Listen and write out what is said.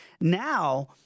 Now